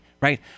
right